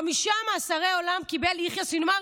חמישה מאסרי עולם קיבל יחיא סנוואר